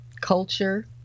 Culture